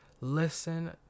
listen